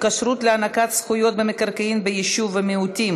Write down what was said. התקשרות להענקת זכויות במקרקעין ביישוב מיעוטים